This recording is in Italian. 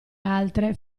altre